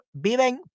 viven